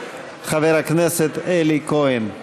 חבר הכנסת אלי כהן.